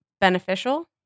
beneficial